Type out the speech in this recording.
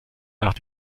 nach